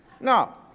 No